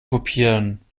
kopieren